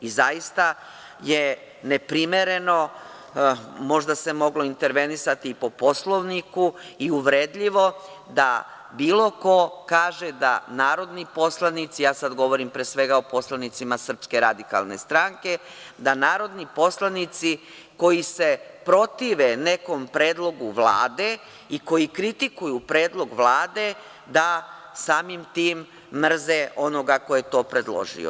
Zaista je neprimereno, možda se moglo intervenisati po Poslovniku i uvredljivo da bilo ko kaže da narodni poslanici, ja sad govorim pre svega o poslanicima SRS, da narodni poslanici koji se protive nekom predlogu Vlade i koji kritikuju predlog Vlade, da samim tim mrze onoga ko je to predložio.